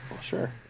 Sure